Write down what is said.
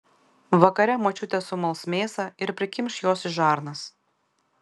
vakare močiutė sumals mėsą ir prikimš jos į žarnas